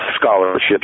scholarships